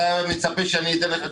אתה מצפה שאני אתן לך תשובות?